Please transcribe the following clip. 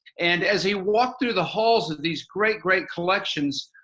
and as he walked through the halls of these great great collections,